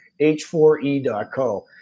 h4e.co